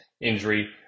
injury